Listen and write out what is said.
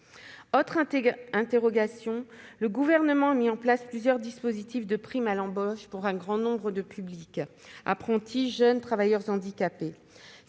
Autre interrogation : le Gouvernement a mis en place plusieurs dispositifs de prime à l'embauche pour un grand nombre de publics : apprentis, jeunes, travailleurs handicapés.